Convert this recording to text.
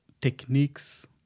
techniques